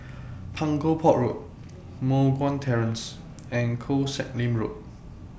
Punggol Port Road Moh Guan Terrace and Koh Sek Lim Road